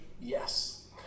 yes